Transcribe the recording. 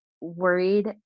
worried